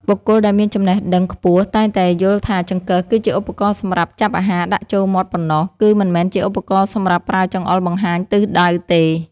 បុគ្គលដែលមានចំណេះដឹងខ្ពស់តែងតែយល់ថាចង្កឹះគឺជាឧបករណ៍សម្រាប់ចាប់អាហារដាក់ចូលមាត់ប៉ុណ្ណោះ គឺ មិនមែនជាឧបករណ៍សម្រាប់ប្រើចង្អុលបង្ហាញទិសដៅទេ។